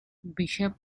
bishop